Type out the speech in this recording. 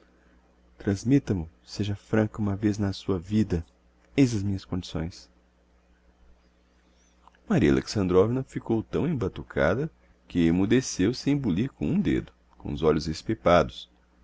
transmita mo seja franca uma vez na sua vida eis as minhas condições maria alexandrovna ficou tão embatucada que emudeceu sem bulir com um dedo com os olhos espipados